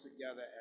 together